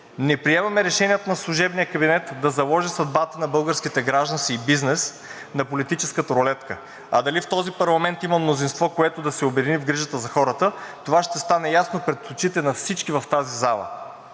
Не приемаме решението на служебния кабинет да заложи съдбата на българските граждани и бизнес на политическата ролетка, а дали в този парламент има мнозинство, което да се обедини в грижата за хората, това ще стане ясно пред очите на всички в тази зала.